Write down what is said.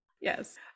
yes